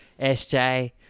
SJ